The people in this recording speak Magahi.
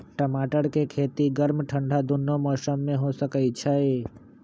टमाटर के खेती गर्म ठंडा दूनो मौसम में हो सकै छइ